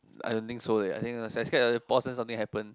I don't think so eh I I scared pause then something happen